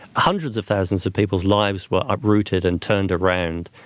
hundreds of thousands of people's lives were uprooted and turned around.